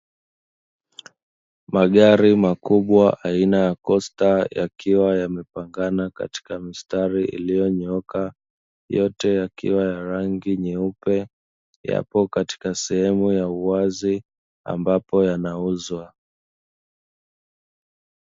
Magari makubwa aina ya Kosta yakiwa yamepangana katika mistari iliyonyooka, yote yakiwa ya rangi nyeupe, yapo katika sehemu ya uwazi ambapo yanauzwa.